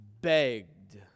begged